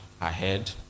ahead